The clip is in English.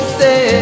say